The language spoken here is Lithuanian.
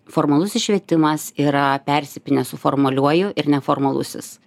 formalusis švietimas yra persipynęs su formaliuoju ir neformalusis